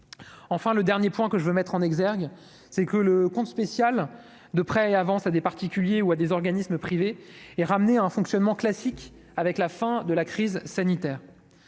enfin le dernier point que je veux mettre en exergue, c'est que le compte spécial de prêts et avances à des particuliers ou à des organismes privés et ramener un fonctionnement classique avec la fin de la crise sanitaire,